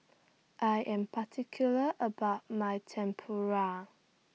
I Am particular about My Tempura